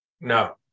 No